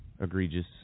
egregious